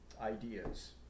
ideas